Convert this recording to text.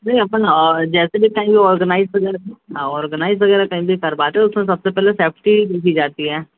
नहीं अपन जैसे भी टाइम वो ऑर्गेनाइज़ ऑर्गेनाइज वग़ैरह कहीं भी करवाते हैं उस में सब से पहले सेफ्टी की जाती है